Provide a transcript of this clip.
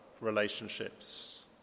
relationships